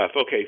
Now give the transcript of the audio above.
Okay